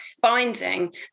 binding